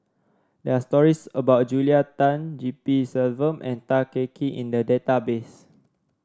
there are stories about Julia Tan G P Selvam and Tan Kah Kee in the database